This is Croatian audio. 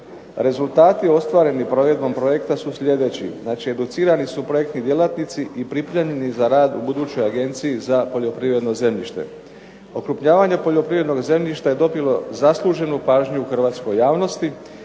Rezultati ostvareni provedbom projekta su sljedeći, znači educirani su projektni djelatnici i pripremljeni za rad u budućoj agenciji za poljoprivredno zemljište. Okrupnjavanje poljoprivrednog zemljišta je dobilo zasluženu pažnju u hrvatskoj javnosti